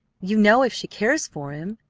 you know if she cares for him,